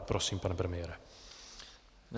Prosím, pane premiére.